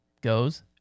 goes